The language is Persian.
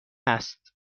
است